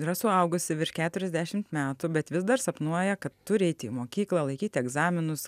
yra suaugusi virš keturiasdešimt metų bet vis dar sapnuoja kad turi eiti į mokyklą laikyti egzaminus